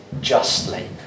justly